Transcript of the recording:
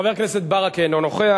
חבר הכנסת ברכה, אינו נוכח.